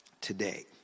Today